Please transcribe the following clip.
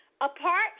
Apart